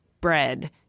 bread